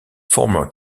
former